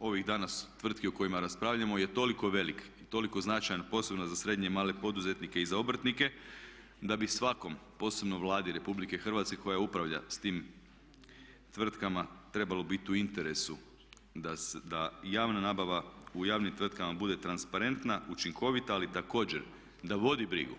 ovih danas tvrtki o kojima raspravljamo je toliko veliki i toliko značajan posebno za srednje i male poduzetnike i za obrtnike da bi svakom, posebno Vladi RH koja upravlja s tim tvrtkama, trebalo biti u interesu da javna nabava u javnim tvrtkama bude transparentna, učinkovita ali također da vodi brigu.